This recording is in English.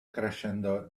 crescendo